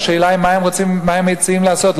והשאלה היא, מה הם מציעים לעשות?